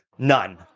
none